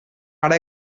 ara